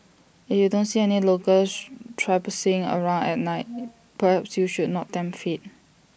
if you don't see any locals traipsing around at night perhaps you should not tempt fate